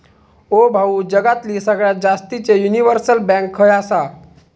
ओ भाऊ, जगातली सगळ्यात जास्तीचे युनिव्हर्सल बँक खय आसा